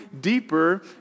deeper